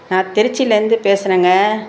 நான் திருச்சிலேந்து பேசுறேங்க